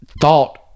thought